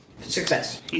success